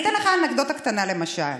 אתן לך אנקדוטה קטנה, למשל.